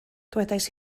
dywedais